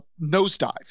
Nosedive